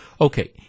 Okay